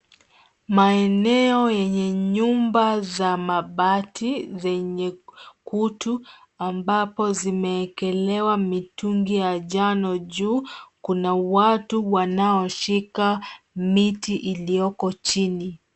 Maeneo yenye nyumba za mabati zenye kutu ambapo zimekelewa mitungi ya njano juu. Kuna watu wanaoshika miti iliyoko chini.